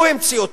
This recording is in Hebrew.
הוא המציא אותו.